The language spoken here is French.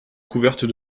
couverte